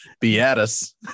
Beatus